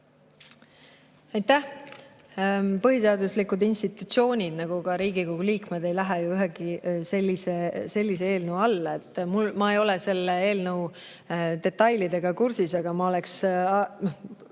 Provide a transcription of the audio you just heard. Aitäh! Põhiseaduslikud institutsioonid, nagu ka Riigikogu liikmed, ei lähe ju ühegi sellise eelnõu alla. Ma ei ole selle eelnõu detailidega kursis, ma loogiliselt